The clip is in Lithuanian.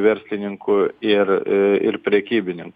verslininkų ir ir prekybininkų